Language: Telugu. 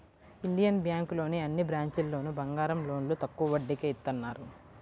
ఇండియన్ బ్యేంకులోని అన్ని బ్రాంచీల్లోనూ బంగారం లోన్లు తక్కువ వడ్డీకే ఇత్తన్నారు